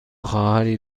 خواهری